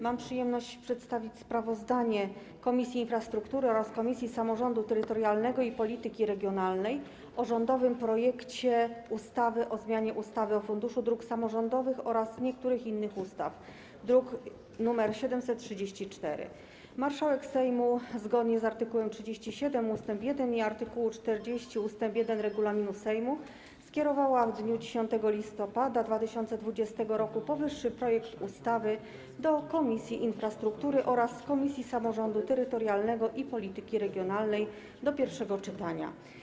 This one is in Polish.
Mam przyjemność przedstawić sprawozdanie Komisji Infrastruktury oraz Komisji Samorządu Terytorialnego i Polityki Regionalnej o rządowym projekcie ustawy o zmianie ustawy o Funduszu Dróg Samorządowych oraz niektórych innych ustaw, druk nr 734. Marszałek Sejmu, zgodnie z art. 37 ust. 1 i art. 40 ust. 1 regulaminu Sejmu, skierowała w dniu 10 listopada 2020 r. powyższy projekt ustawy do Komisji Infrastruktury oraz Komisji Samorządu Terytorialnego i Polityki Regionalnej w celu przeprowadzenia pierwszego czytania.